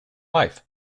life